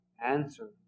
answer